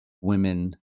women